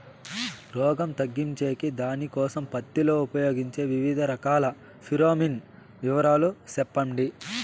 రోగం తగ్గించేకి దానికోసం పత్తి లో ఉపయోగించే వివిధ రకాల ఫిరోమిన్ వివరాలు సెప్పండి